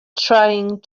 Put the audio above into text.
trying